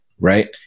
right